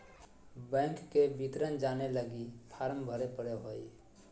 bank के विवरण जाने लगी फॉर्म भरे पड़ो हइ